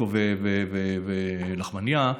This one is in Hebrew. שוקו ולחמנייה,